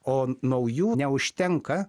o naujų neužtenka